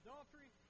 Adultery